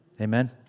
Amen